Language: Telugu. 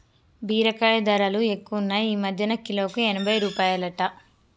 బీరకాయ ధరలు ఎక్కువున్నాయ్ ఈ మధ్యన కిలోకు ఎనభై రూపాయలట